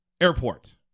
Airport